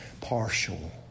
partial